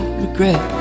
regret